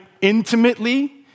intimately